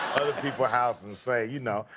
people house and say you know,